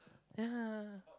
ya